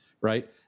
right